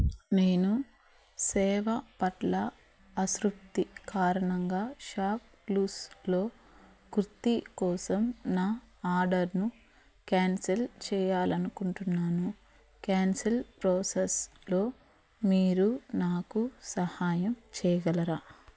నేను సేవ పట్ల అసంతృప్తి కారణంగా షాప్ క్లూస్లో కుర్తీ కోసం నా ఆర్డర్ను క్యాన్సల్ చేయాలి అనుకుంటున్నాను క్యాన్సల్ ప్రోసెస్లో మీరు నాకు సహాయం చేయగలరా